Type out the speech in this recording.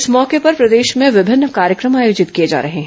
इस मौके पर प्रदेश में विभिन्न कार्यक्रम आयोजित किए जा रहे हैं